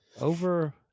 over